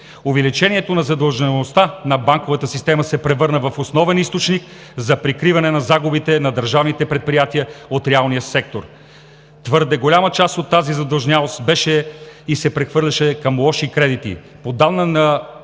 Увеличението на задлъжнялостта на банковата система се превърна в основен източник за прикриване на загубите на държавните предприятия от реалния сектор. Твърде голяма част от тази задлъжнялост беше и се прехвърляше към лоши кредити